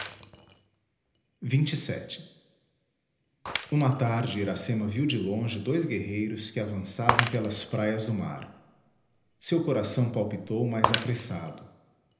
sua triste solidão uma tarde iracema viu de longe dois guerreiros que avançavam pelas praias do mar seu coração palpitou mais apressado